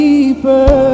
Deeper